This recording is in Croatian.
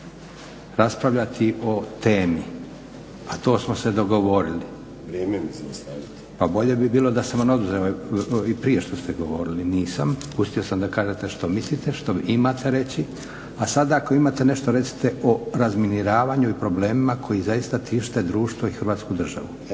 Vrijeme mi zaustavite. **Leko, Josip (SDP)** Pa bolje bi bilo da sam vam oduzeo, i prije što ste govorili, nisam, pustio sam da kažete što mislite, što imate reći a sada ako imate nešto recite o razminiravanju i problemima koji zaista tište društvo i hrvatsku državu.